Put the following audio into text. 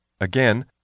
Again